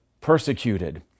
persecuted